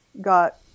got